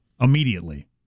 Immediately